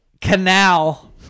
canal